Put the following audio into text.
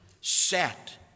Set